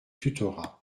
tutorat